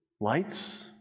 lights